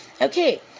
Okay